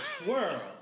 twirl